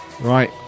right